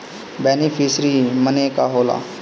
Beneficiary मने का होला?